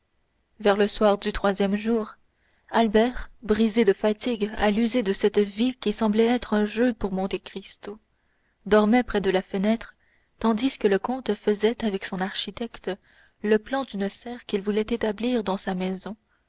vers le soir du troisième jour albert brisé de fatigue à l'user de cette vie qui semblait être un jeu pour monte cristo dormait près de la fenêtre tandis que le comte faisait avec son architecte le plan d'une serre qu'il voulait établir dans sa maison